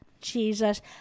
jesus